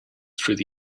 through